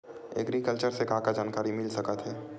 Agriculture से का का जानकारी मिल सकत हे?